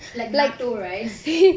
like naruto right